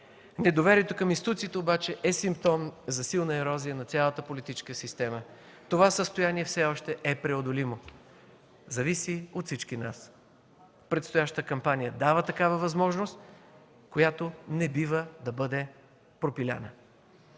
Недоверието към институциите обаче е симптом за силна ерозия на цялата политическа система. Това състояние все още е преодолимо, зависи от всички нас. Предстоящата кампания дава такава възможност, която не бива да бъде пропиляна!